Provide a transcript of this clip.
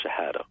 shahada